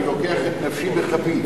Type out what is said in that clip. אני לוקח את נפשי בכפי.